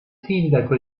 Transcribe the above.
sindaco